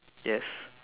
yes